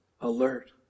alert